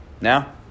Now